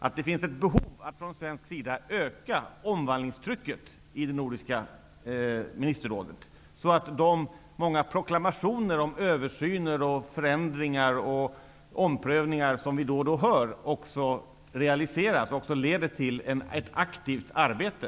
att det finns ett behov från svensk sida att öka omvandlingstrycket i Nordiska ministerrådet. Då kan de många proklamationer om översyn, förändringar och omprövningar som vi då och då hör också realiseras och leda till ett aktivt arbete.